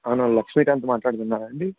అవును లక్ష్మి టెంప్ మాట్లాడుతున్నరాండి